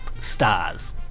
stars